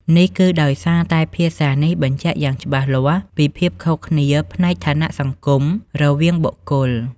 នេះគឺដោយសារតែភាសានេះបញ្ជាក់យ៉ាងច្បាស់លាស់ពីភាពខុសគ្នាផ្នែកឋានៈសង្គមរវាងបុគ្គល។